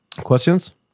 Questions